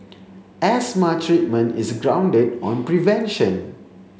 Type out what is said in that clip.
asthma treatment is grounded on prevention